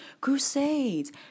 crusades